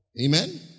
Amen